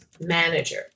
manager